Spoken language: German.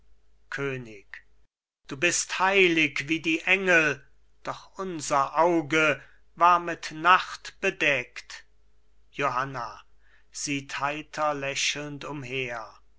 könig du bist heilig wie die engel doch unser auge war mit nacht bedeckt johanna sieht heiter lächelnd umher